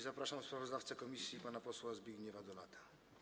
Zapraszam sprawozdawcę komisji pana posła Zbigniewa Dolatę.